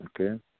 Okay